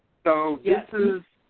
so, this is.